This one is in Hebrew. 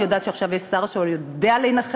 אני יודעת שעכשיו יש שר שיודע להילחם,